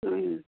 हँ